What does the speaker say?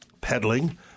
peddling